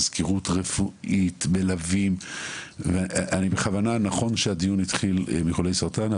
מזכירות רפואית ומלווים: נכון שהדיון התחיל מחולי סרטן,